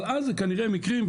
אבל אז זה כנראה מקרים,